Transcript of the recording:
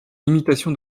limitations